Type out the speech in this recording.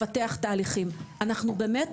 צוהריים טובים, תודה רבה לכולם שבאתם.